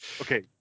Okay